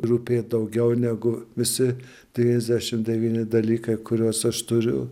rūpėt daugiau negu visi trisdešim devyni dalykai kuriuos aš turiu